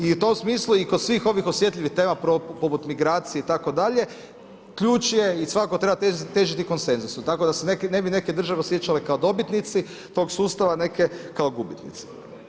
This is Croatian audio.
I u tom smislu i kod svih ovih osjetljivih tema poput migracije itd. ključ je svakako treba težiti konsenzusu, tako da se ne bi neke države osjećale kao dobitnici tog sustava neke kao gubitnici.